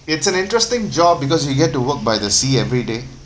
it's an interesting job because you get to work by the sea everyday